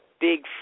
big